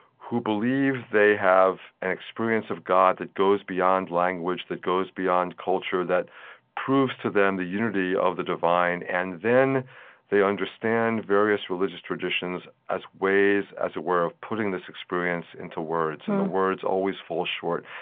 who believe they have an experience of god that goes beyond language, that goes beyond culture, that proves to them the unity of the divine. and then they understand various religious traditions as ways, as it were, of putting this experience into words, and the words always fall short.